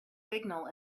signal